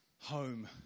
home